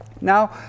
Now